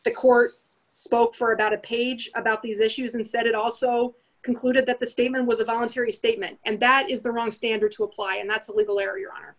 the court spoke for about a page about these issues and said it also concluded that the statement was a voluntary statement and that is the wrong standard to apply and that's legal